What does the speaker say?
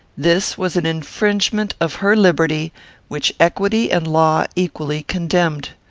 this was an infringement of her liberty which equity and law equally condemned.